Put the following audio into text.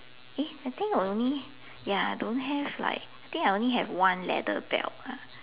I think I only ya I don't have I think I only have one leather belt